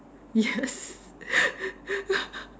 yes